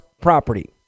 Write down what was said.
property